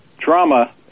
Trauma